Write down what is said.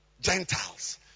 Gentiles